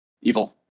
evil